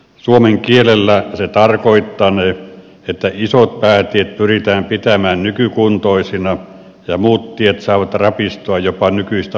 suomen kielellä se tarkoittanee että isot päätiet pyritään pitämään nykykuntoisina ja muut tiet saavat rapistua jopa nykyistä huonompaan kuntoon